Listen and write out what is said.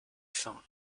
fin